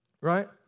Right